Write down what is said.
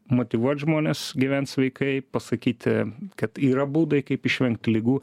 motyvuot žmones gyvent sveikai pasakyti kad yra būdai kaip išvengt ligų